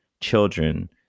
children